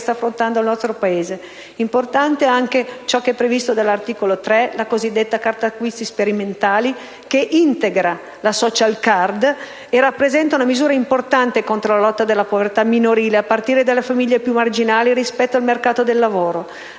che sta affrontando il nostro Paese. È importante anche quanto previsto all'articolo 3, la cosiddetta Carta acquisti sperimentale, che integra la *social card* e rappresenta una misura importante contro la lotta alla povertà minorile, a partire dalle famiglie più marginali rispetto al mercato del lavoro.